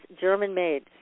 German-made